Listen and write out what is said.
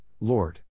Lord